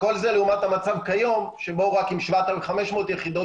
וכל זה לעומת המצב כיום שבו רק עם 7,500 יחידות